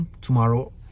tomorrow